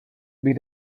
been